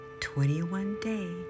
21-day